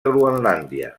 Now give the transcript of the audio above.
groenlàndia